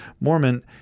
Mormon